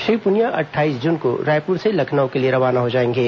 श्री पुनिया अट्ठाईस जून को रायपुर से लखनऊ के लिए रवाना हो जाएंगे